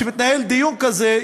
דיון כזה,